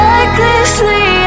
Recklessly